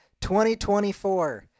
2024